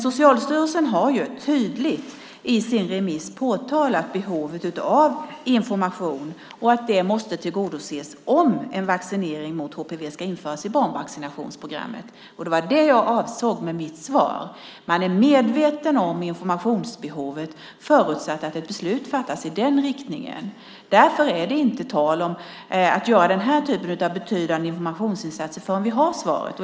Socialstyrelsen har tydligt i sin remiss påtalat behovet av information och att det måste tillgodoses om en vaccinering mot HPV ska införas i barnvaccinationsprogrammet. Det var det jag avsåg med mitt svar. Man är medveten om informationsbehovet, förutsatt att ett beslut fattas i den riktningen. Därför är det inte tal om att göra den här typen av betydande informationsinsatser förrän vi har svaret.